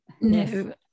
No